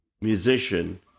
musician